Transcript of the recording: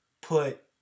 put